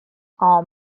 all